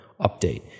update